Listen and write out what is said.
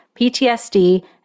PTSD